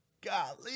golly